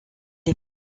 est